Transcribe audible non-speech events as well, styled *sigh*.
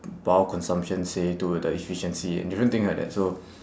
consumption say to the efficiency different things like that so *breath*